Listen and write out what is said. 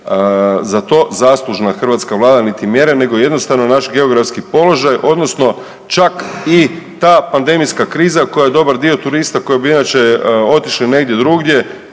za to zaslužna hrvatska vlada niti mjere nego jednostavno naš geografski položaj odnosno čak i ta pandemijska kriza koja je dobar dio turista koji bi inače otišli negdje drugdje